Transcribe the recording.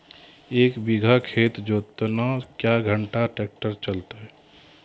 एक बीघा खेत जोतना क्या घंटा ट्रैक्टर चलते?